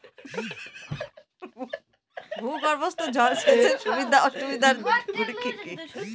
ভূগর্ভস্থ জল সেচের সুবিধা ও অসুবিধা গুলি কি কি?